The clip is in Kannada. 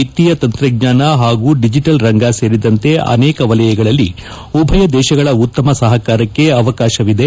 ವಿತ್ತೀಯ ತಂತ್ರಜ್ಞಾನ ಹಾಗೂ ಡಿಜೆಟಲ್ ರಂಗ ಸೇರಿದಂತೆ ಅನೇಕ ವಲಯಗಳಲ್ಲಿ ಉಭಯ ದೇಶಗಳ ಉತ್ತಮ ಸಹಕಾರಕ್ಕೆ ಅವಕಾಶವಿದೆ